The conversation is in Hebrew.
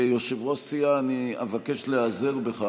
כיושב-ראש סיעה אני אבקש להיעזר בך.